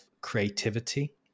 creativity